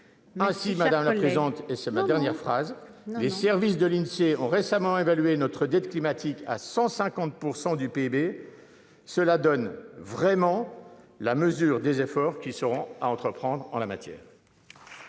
conclure. Ainsi, les services de l'Insee ont récemment évalué notre dette climatique à 150 % du PIB. Cela donne la mesure des efforts qui seront à entreprendre en la matière